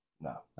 no